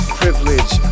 privilege